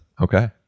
Okay